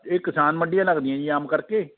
ਇਹ ਕਿਸਾਨ ਮੰਡੀਆਂ ਲੱਗਦੀਆਂ ਜੀ ਆਮ ਕਰਕੇ